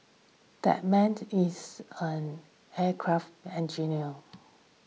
that man it is an aircraft engineer